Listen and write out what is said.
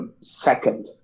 second